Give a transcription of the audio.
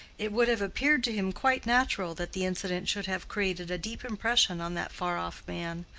it would have appeared to him quite natural that the incident should have created a deep impression on that far-off man,